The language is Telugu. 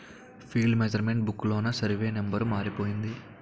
ఫీల్డ్ మెసరమెంట్ బుక్ లోన సరివే నెంబరు మారిపోయింది